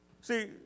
See